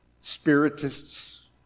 spiritists